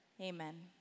amen